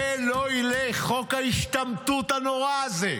זה לא ילך, חוק ההשתמטות הנורא הזה.